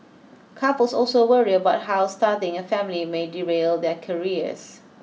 couples also worry about how starting a family may derail their careers